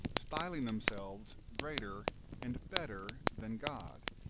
styling themselves greater and better than god,